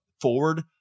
forward